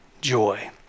joy